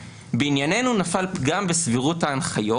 הוא אמר: "בענייננו נפל פגם בסבירות ההנחיות